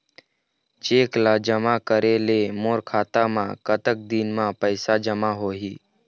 Cheque ला जमा करे ले मोर खाता मा कतक दिन मा पैसा जमा होही?